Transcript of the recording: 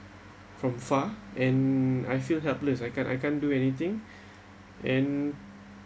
from far and I feel helpless I can't I can't do anything and